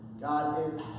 God